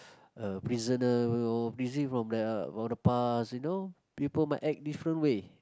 a prisoner or is he from the from the past you know people might act different way